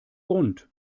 grund